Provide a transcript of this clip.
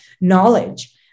knowledge